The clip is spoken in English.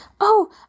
Oh